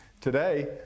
today